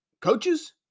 coaches